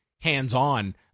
hands-on